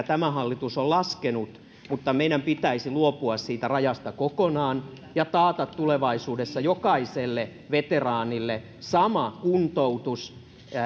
tämä hallitus on niitä laskenut mutta meidän pitäisi luopua siitä rajasta kokonaan ja taata tulevaisuudessa jokaiselle veteraanille sama kuntoutus